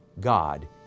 God